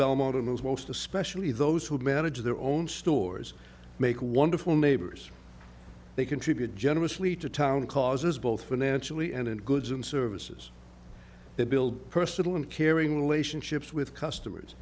belmont and those most especially those who manage their own stores make wonderful neighbors they contribute generously to town causes both financially and in goods and services they build personal and caring relationships with customers